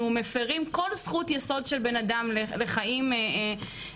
מפרים כל זכות יסוד של בן אדם לחיים נורמטיביים,